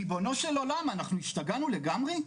ריבונו של עולם, אנחנו השתגענו לגמרי?